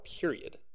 period